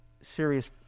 serious